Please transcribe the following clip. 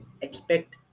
expect